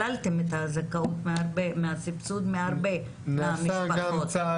שללתם את הזכאות מהסבסוד מהרבה מהמשפחות.